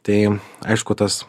tai aišku tas